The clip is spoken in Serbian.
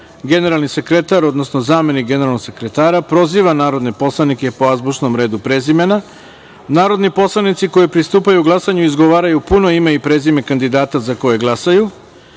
generalni sekretar, odnosno zamenik generalnog sekretara proziva narodne poslanike po azbučnom redu prezimena, narodni poslanici koji pristupaju glasaju izgovaraju puno ime i prezime kandidata za koje glasaju,